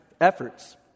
efforts